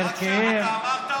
ערכיים,